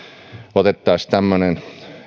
otettaisiin tämmöinen